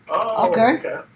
Okay